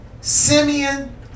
Simeon